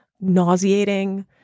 nauseating